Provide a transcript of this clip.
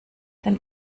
dann